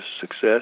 success